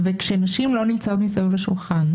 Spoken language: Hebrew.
וכשנשים לא נמצאות מסביב לשולחן,